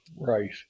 Right